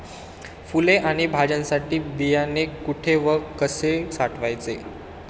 फुले आणि भाज्यांसाठी बियाणे कुठे व कसे साठवायचे?